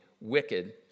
wicked